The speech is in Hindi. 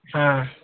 हाँ